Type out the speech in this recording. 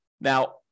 Now